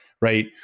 right